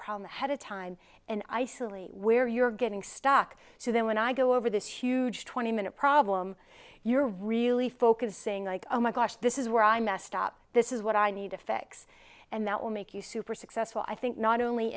problem ahead of time and isolate where you're getting stuck so then when i go over this huge twenty minute problem you're really focusing like oh my gosh this is where i messed up this is what i need to fix and that will make you super successful i think not only